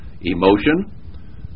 emotion